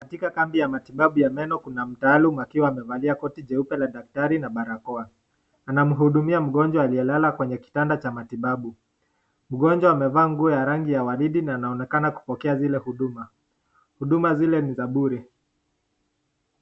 Katika kambi ya matibabu meno kuna mtaalum akiwa amevalia koti jeupe la daktari na barakoa, anahudumia mgonjwa anayelala kwenye kitanda cha matibabu, mgonjwa amevaa nguo ya rangi ya waridi na anaonekana kupokea zile huduma, huduma zile ni za bure.